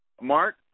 Mark